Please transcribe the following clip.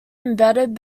embedded